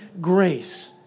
grace